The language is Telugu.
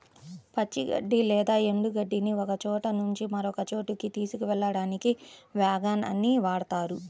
పచ్చి గడ్డి లేదా ఎండు గడ్డిని ఒకచోట నుంచి మరొక చోటుకి తీసుకెళ్ళడానికి వ్యాగన్ ని వాడుతారు